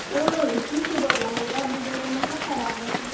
اۭں شیٖشو بٲتلن منٛز ربڈوٗ بٲتلن منٛز چھُنَہ خراب گَژھان